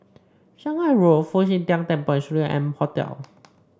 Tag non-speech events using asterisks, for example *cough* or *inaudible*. Shanghai Road Fu Xi Tang Temple and *unintelligible* M Hotel